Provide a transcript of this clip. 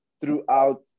throughout